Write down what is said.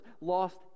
lost